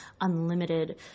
unlimited